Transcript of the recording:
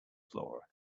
flora